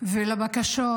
ולבקשות